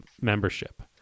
membership